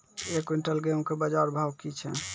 एक क्विंटल गेहूँ के बाजार भाव की छ?